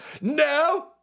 No